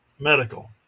Medical